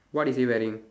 what is he wearing